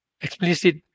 explicit